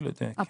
נכון.